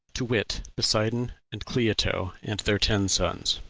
to wit, poseidon and cleito and their ten sons.